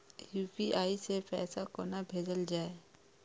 UPI सै पैसा कोना भैजल जाय?